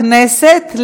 יש משהו בחוק.